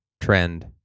trend